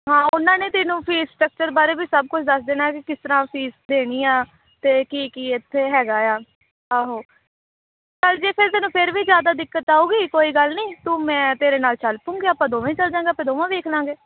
ਹਾਂ ਉਹਨਾਂ ਨੇ ਤੈਨੂੰ ਫੀਸ ਸਟੱਕਚਰ ਬਾਰੇ ਵੀ ਸਭ ਕੁਛ ਦੱਸ ਦੇਣਾ ਕਿ ਕਿਸ ਤਰ੍ਹਾਂ ਫੀਸ ਦੇਣੀ ਆ ਅਤੇ ਕੀ ਕੀ ਇੱਥੇ ਹੈਗਾ ਆ ਆਹੋ ਚੱਲ ਜੇ ਫਿਰ ਤੈਨੂੰ ਫਿਰ ਵੀ ਜ਼ਿਆਦਾ ਦਿੱਕਤ ਆਵੇਗੀ ਕੋਈ ਗੱਲ ਨਹੀਂ ਤੂੰ ਮੈਂ ਤੇਰੇ ਨਾਲ ਚੱਲ ਪੂੰਗੀ ਆਪਾਂ ਦੋਵੇਂ ਚੱਲ ਜਾਂਗੇ ਆਪਾਂ ਦੋਵਾਂ ਵੇਖ ਲਾਂਗੇ